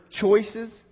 choices